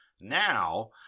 Now